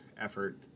effort